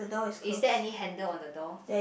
is there any handle on the door